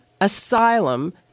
asylum